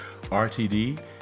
RTD